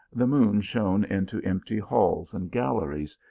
the moon shone into empty halls and galleries,